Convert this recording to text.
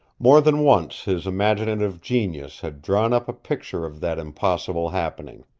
more than once his imaginative genius had drawn up a picture of that impossible happening.